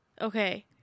okay